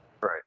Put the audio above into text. right